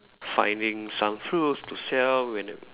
finding some fruits to sell when